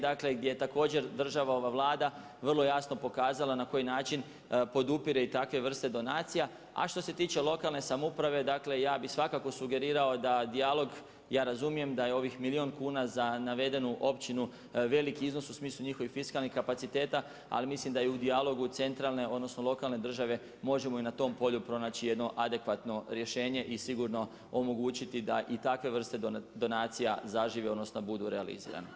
Dakle, gdje je također država, ova Vlada vrlo jasno pokazala na koji način podupire i takve vrste donacija, a što se tiče lokalne samouprave dakle, ja bih svakako sugerirao da dijalog, ja razumijem da je ovih milijun kuna za navedenu općinu veliki iznos u smislu njihovih fiskalnih kapaciteta, ali mislim da i u dijalogu, centralne, odnosno lokalne države možemo i na tom polju pronaći jedno adekvatno rješenje i sigurno omogućiti da i takve vrste donacije zažive odnosno da budu realizirane.